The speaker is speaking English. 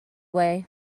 way